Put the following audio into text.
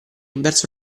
verso